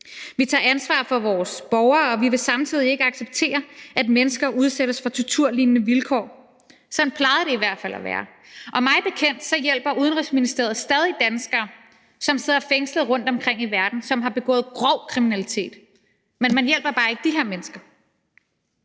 Vi tager ansvar for vores borgere, og vi vil samtidig ikke acceptere, at mennesker udsættes for torturlignende vilkår. Sådan plejede det i hvert fald at være, og mig bekendt hjælper Udenrigsministeriet stadig væk danskere, som sidder fængslet rundtomkring i verden, og som har begået grov kriminalitet, men man hjælper bare ikke de her mennesker.